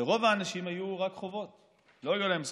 ולרוב האנשים היו רק חובות ולא היו להם זכויות.